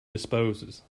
disposes